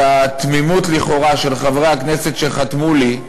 התמימות לכאורה של חברי הכנסת שחתמו לי,